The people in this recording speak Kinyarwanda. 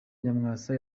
nyamwasa